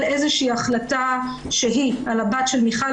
איזושהי החלטה שהיא על הבת של מיכל.